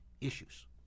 issues